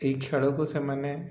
ଏହି ଖେଳକୁ ସେମାନେ